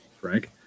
Frank